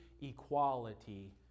equality